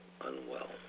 unwell